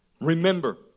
Remember